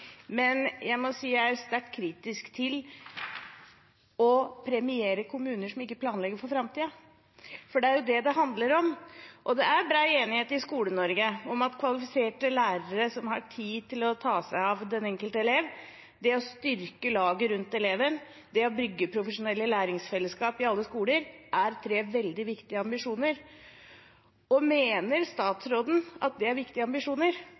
men jeg må si jeg er sterkt kritisk til å premiere kommuner som ikke planlegger for framtiden, for det er jo det det handler om. Det er bred enighet i Skole-Norge om at kvalifiserte lærere som har tid til å ta seg av den enkelte elev, det å styrke laget rundt eleven og det å bygge profesjonelle læringsfellesskap i alle skoler, er tre veldig viktige ambisjoner. Mener statsråden at det er viktige ambisjoner?